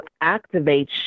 activate